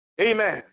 Amen